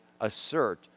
assert